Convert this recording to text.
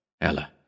Ella